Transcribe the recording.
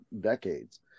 decades